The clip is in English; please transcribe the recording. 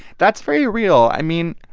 that's very real. i mean,